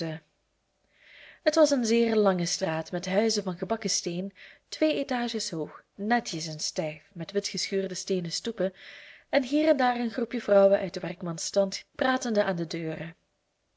het was een zeer lange straat met huizen van gebakken steen twee étages hoog netjes en stijf met witgeschuurde steenen stoepen en hier en daar een groepje vrouwen uit den werkmansstand pratende aan de deuren